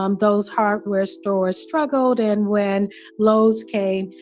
um those hardware stores struggled. and when lowe's came,